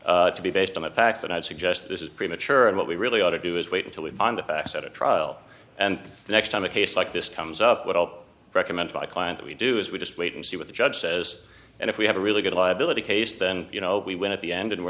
fact to be based on the facts that i'd suggest this is premature and what we really ought to do is wait until we find the facts at a trial and the next time a case like this comes up what i'll recommend my client we do is we just wait and see what the judge says and if we have a really good liability case then you know we win at the end and we're